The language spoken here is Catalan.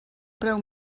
preu